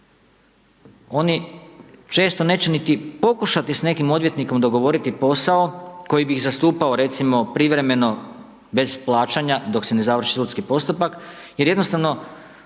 Oni često neće niti pokušati s nekim odvjetnikom dogovoriti posao, koji bi ih zastupao, recimo privremeno, bez plaćanja, dok se ne završi sudski postupak, jer jednostavno,